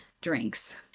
drinks